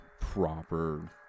proper